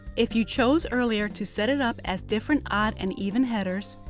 if you chose earlier to set it up as different odd and even headers,